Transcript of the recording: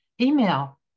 email